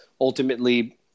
ultimately